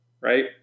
right